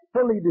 fully